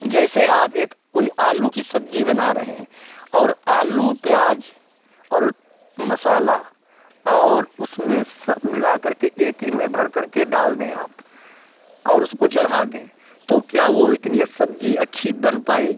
जैसे आप एक कोई आलू की सब्ज़ी बना रहे हैं और आलू प्याज और मसाला और उसमें सब मिला करके एक ही में भर करके डाल दें आप और उसको चढ़ा दें तो क्या वह इतनी सब्ज़ी अच्छी बन पाएगी